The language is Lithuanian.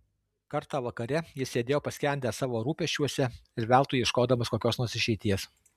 kartą vakare jis sėdėjo paskendęs savo rūpesčiuose ir veltui ieškodamas kokios nors išeities